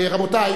רבותי,